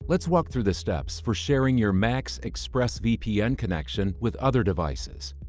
let's walk through the steps for sharing your mac's expressvpn connection with other devices.